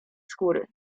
skóry